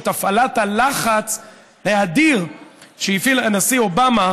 את הפעלת הלחץ האדיר שהפעילו הנשיא אובמה